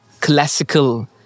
classical